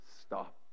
stop